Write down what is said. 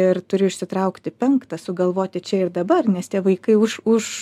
ir turiu išsitraukti penktą sugalvoti čia ir dabar nes tie vaikai už už